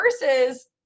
versus